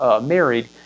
married